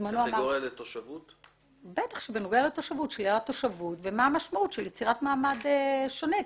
בנוגע לשלילת תושבות ויצירת מעמד שונה.